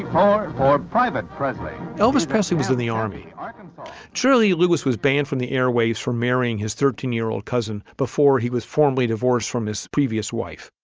um or private presley elvis presley was in the army army um truly, lewis was banned from the airwaves for marrying his thirteen year old cousin before he was formally divorced from his previous wife.